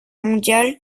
mondiale